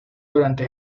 durante